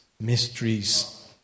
mysteries